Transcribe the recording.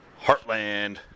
Heartland